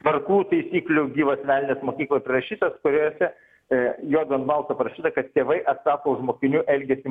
tvarkų taisyklių gyvas velnias mokykloj prirašyta kuriose juodu ant balto parašyta kad tėvai atsako už mokinių elgesį